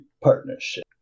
partnership